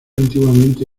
antiguamente